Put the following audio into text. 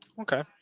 Okay